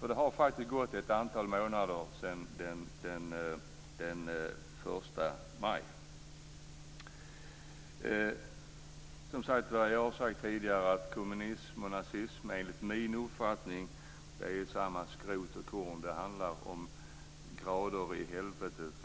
Det har faktiskt gått ett antal månader sedan den 1 maj. Jag har tidigare sagt att kommunism och nazism enligt min uppfattning är samma skrot och korn. Det handlar om grader i helvetet